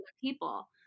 people